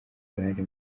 uruhare